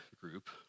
group